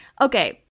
Okay